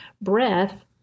breath